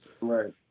Right